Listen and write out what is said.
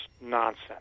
nonsense